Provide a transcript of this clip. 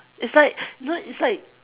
it's like you know it's like